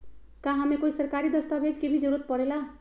का हमे कोई सरकारी दस्तावेज के भी जरूरत परे ला?